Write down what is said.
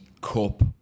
Cup